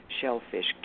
shellfish